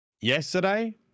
yesterday